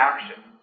action